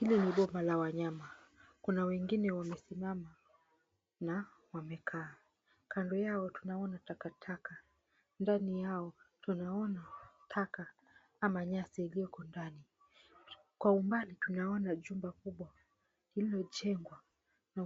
Hili ni mbuga la wanyama. Kuna wengine wamesimama na wamekaa. Kando yao kuna ua la takataka, ndani yao tunaona taka ama nyasi ilioko ndani. Kwa umbali tunaona jumba kubwa lililojengwa na